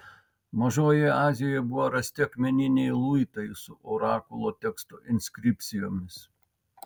mažojoje azijoje buvo rasti akmeniniai luitai su orakulo teksto inskripcijomis